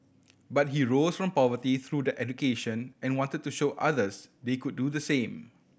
but he rose from poverty through the education and wanted to show others they could do the same